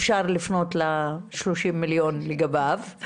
אפשר לפנות ל-30 מיליון שקל לגביו.